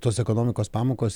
tos ekonomikos pamokos